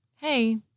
hey